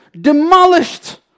demolished